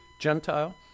Gentile